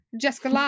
Jessica